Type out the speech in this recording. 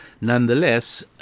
Nonetheless